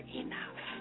enough